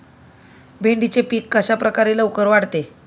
भेंडीचे पीक कशाप्रकारे लवकर वाढते?